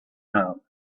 know